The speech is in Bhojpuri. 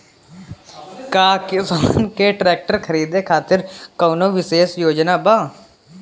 का किसान के ट्रैक्टर खरीदें खातिर कउनों विशेष योजना बा?